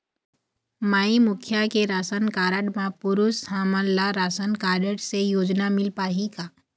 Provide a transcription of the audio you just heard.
माई मुखिया के ration card म पुरुष हमन ला राशन कारड से योजना मिल पाही का?